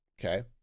okay